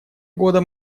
года